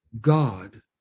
God